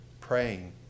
praying